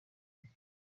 شدم